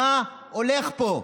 מה הולך פה?